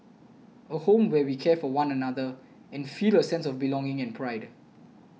a home where we care for one another and feel a sense of belonging and pride